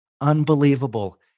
Unbelievable